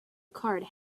card